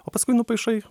o paskui nupaišai